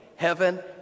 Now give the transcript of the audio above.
Heaven